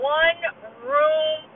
one-room